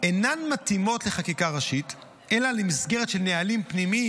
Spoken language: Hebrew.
אינן מתאימות לחקיקה ראשית אלא למסגרת של נהלים פנימיים,